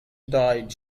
died